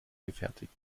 gefertigt